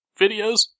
videos